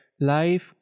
life